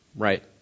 Right